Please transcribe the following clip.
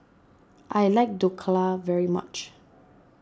I like Dhokla very much